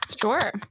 sure